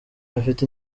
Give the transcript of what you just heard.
afite